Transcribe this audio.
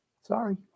Sorry